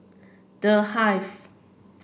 The Hive